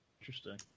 interesting